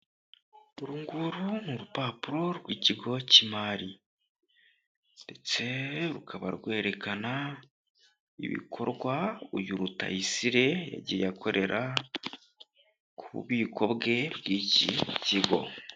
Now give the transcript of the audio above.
Urunguru ni urupapuro rw'ikigo cy'imari ndetse rukaba rwerekana ibikorwa uyu Rutayisire yagiye akorera ku bubiko bwe bw'iki kigo.